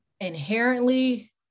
inherently